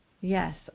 Yes